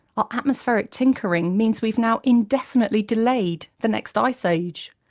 our atmospheric tinkering means we've now indefinitely delayed the next ice age.